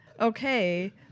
okay